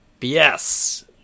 BS